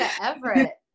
Everett